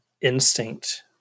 instinct